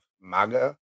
MAGA